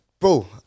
Bro